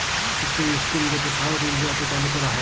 ইকট ইস্কিম যেট সাউথ ইলডিয়াতে চালু ক্যরা হ্যয়